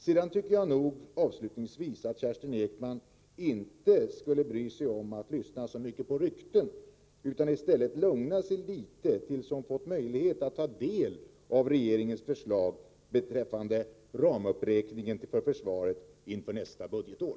Sedan tycker jag nog avslutningsvis att Kerstin Ekman inte skall bry sig om att lyssna så mycket på rykten utan i stället skall lugna sig litet tills hon får möjlighet att ta del av regeringens förslag beträffande ramuppräkningen för » försvaret inför nästa budgetår.